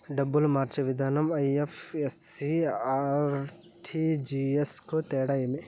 డబ్బులు మార్చే విధానం ఐ.ఎఫ్.ఎస్.సి, ఆర్.టి.జి.ఎస్ కు తేడా ఏమి?